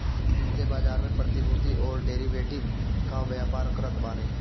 वित्तीय बाजार में प्रतिभूतियों अउरी डेरिवेटिव कअ व्यापार करत बाने